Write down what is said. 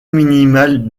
minimale